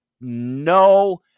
No